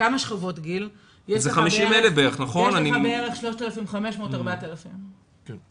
כמה שכבות גיל יש לך בערך 3,500, 4,000 ילדים.